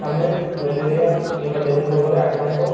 ଆମେ ମେଲେରିଆ କିମ୍ବା ଡେଙ୍ଗୁ ରୋଗରେ ଆକ୍ରାନ୍ତ